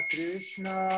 Krishna